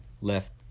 left